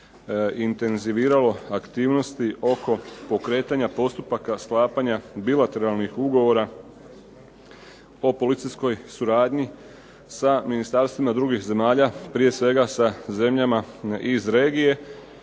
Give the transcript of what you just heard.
intenziviralo aktivnosti oko pokretanja postupaka sklapanja bilateralnih ugovora o policijskoj suradnji sa ministarstvima drugim zemalja, prije svega sa zemljama iz regije,